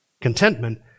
Contentment